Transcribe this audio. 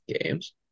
games